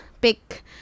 pick